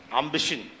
ambition